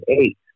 eight